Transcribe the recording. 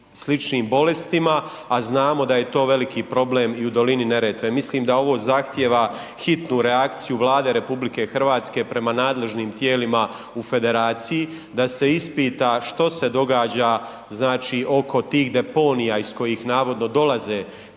sl. bolestima, a znamo da je to veliki problem i u dolini Neretve, mislim da ovo zahtjeva hitnu reakciju Vlade RH prema nadležnim tijelima u federaciji, da se ispita što se događa, znači oko tih deponija iz kojih navodno dolaze